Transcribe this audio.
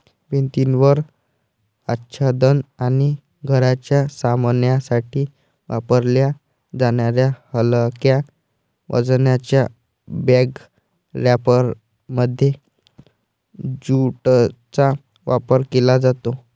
भिंतीवर आच्छादन आणि घराच्या सामानासाठी वापरल्या जाणाऱ्या हलक्या वजनाच्या बॅग रॅपरमध्ये ज्यूटचा वापर केला जातो